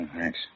thanks